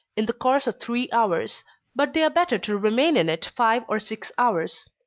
in the course of three hours but they are better to remain in it five or six hours.